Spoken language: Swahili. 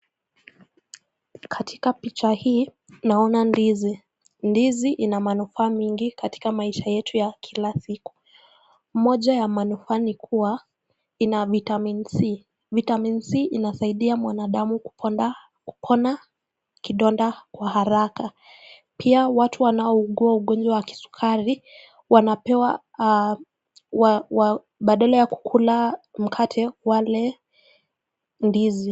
Katika picha hii naona ndizi, ndizi ina manufaa mingi katika maisha yetu ya kila siku. Moja ya manufaa ni kuwa ina(cs) vitamin(cs) c. Vitamin(cs) C inasaidia mwanadamu kuponda, kupona kidonda kwa haraka. Pia watu wanaougua ugonjwa wa kisukari badala ya kukula mkate, wale ndizi.